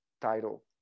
title